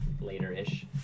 later-ish